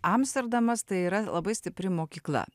amsterdamas tai yra labai stipri mokykla